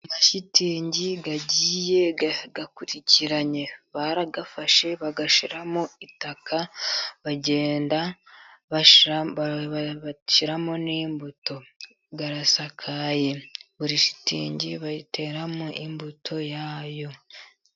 Amashitingi agiye akurikiranye, barayafashe bayashyiramo itaka bagenda bashyiramo n'imbuto, arasakaye buri shitingi bayiteramo imbuto yayo.